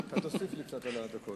אתה תוסיף לי קצת על הדקות.